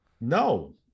No